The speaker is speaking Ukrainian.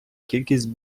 кількість